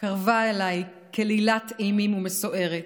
קרבה אליי כלילת אימים ומסוערת